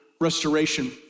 restoration